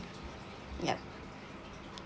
yup